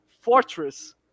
fortress